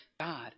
God